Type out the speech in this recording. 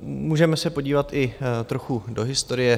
Můžeme se podívat i trochu do historie.